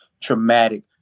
traumatic